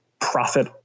profit